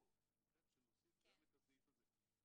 ביקשת שנוסיף גם את הסעיף הזה.